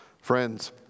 Friends